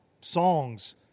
songs